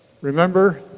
remember